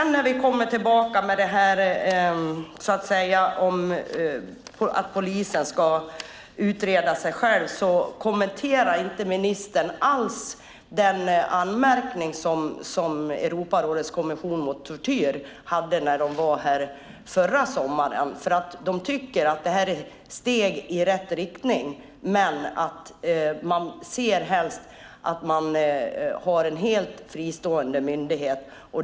När det gäller det här med att polisen ska utreda sig själv kommenterar ministern inte alls den anmärkning som Europarådets kommission mot tortyr hade när de var här förra sommaren. De tycker att detta är ett steg i rätt riktning men ser helst att man har en helt fristående myndighet.